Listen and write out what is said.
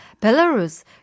Belarus